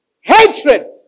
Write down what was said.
Hatred